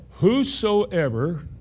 Whosoever